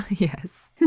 Yes